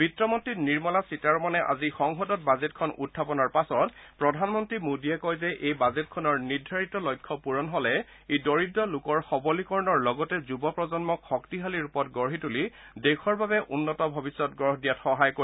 বিত্তমন্তী নিৰ্মলা সীতাৰমনে আজি সংসদত বাজেটখন উখাপনৰ পাছত প্ৰধানমন্ত্ৰী মোদীয়ে কয় যে এই বাজেটখনৰ নিৰ্ধাৰিত লক্ষ্য পূৰণ হলে ই দৰিদ্ৰ লোকৰ সৱলীকৰণৰ লগতে যুৱ প্ৰজন্মক শক্তিশালী ৰূপত গঢ়ি তূলি দেশৰ বাবে উন্নত ভৱিষ্যত গঢ় দিয়াত সহায় কৰিব